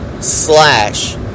slash